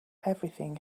everything